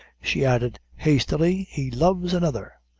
she added, hastily he loves another!